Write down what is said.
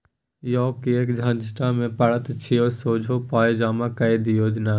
यौ किएक झंझट मे पड़ैत छी सोझे पाय जमा कए दियौ न